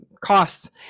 costs